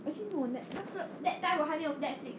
actually no net that time 我还没有 netflix